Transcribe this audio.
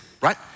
right